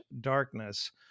darkness